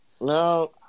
No